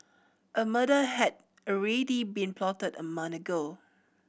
a murder had already been plotted a ago